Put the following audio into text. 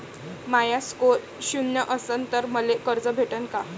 माया score शून्य असन तर मले कर्ज भेटन का?